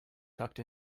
tucked